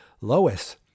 Lois